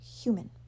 human